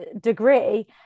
degree